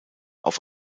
auf